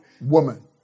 woman